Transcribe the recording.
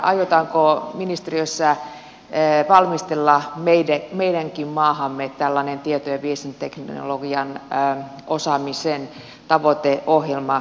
kysynkin aiotaanko ministeriössä valmistella meidänkin maahamme tällainen tieto ja viestintäteknologian osaamisen tavoiteohjelma